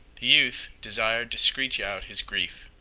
the youth desired to screech out his grief.